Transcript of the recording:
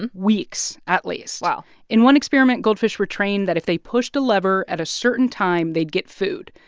and weeks, at least wow in one experiment, goldfish were trained that if they pushed a lever at a certain time, they'd get food.